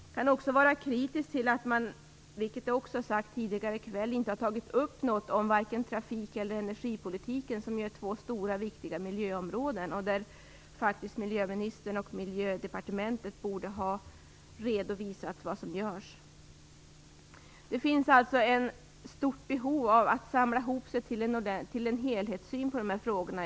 Jag kan också vara kritisk till att man, vilket har sagts tidigare i kväll, inte har tagit upp vare sig trafikeller energipolitiken. Det är ju två stora, viktiga miljöområden. Miljöministern och miljödepartementet borde ha redovisat vad som görs där. Det finns alltså ett stort behov av att samla ihop sig till en helhetssyn när det gäller de här frågorna.